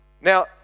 Now